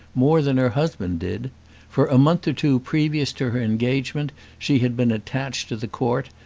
more than her husband did for a month or two previous to her engagement she had been attached to the court,